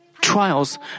trials